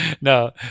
no